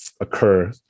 occur